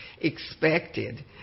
expected